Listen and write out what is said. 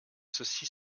ceci